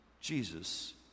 Jesus